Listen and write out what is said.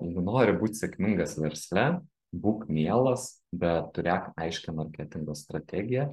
jeigu nori būt sėkmingas versle būk mielas bet turėk aiškią marketingo strategiją